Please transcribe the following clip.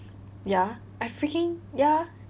ya I freaking ya